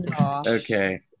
Okay